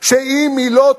שאם היא לא תוכרע,